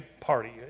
party